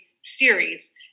series